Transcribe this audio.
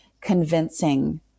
convincing